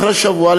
אחרי שבוע,